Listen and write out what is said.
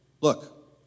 Look